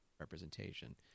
representation